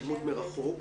הלימוד מרחוק.